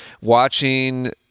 watching